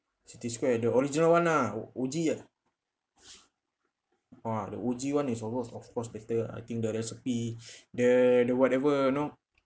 city square the original one lah O_G ah ah the O_G one is almost of course better lah I think the recipe the the whatever you know